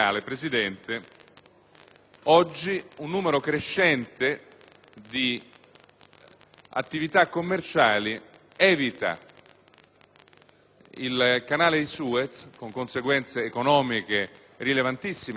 oggi un numero crescente di attività commerciali evita il Canale di Suez, con conseguenze economiche rilevantissime, in primo luogo per l'Egitto,